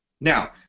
Now